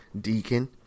deacon